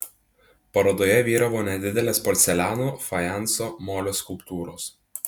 parodoje vyravo nedidelės porceliano fajanso molio skulptūros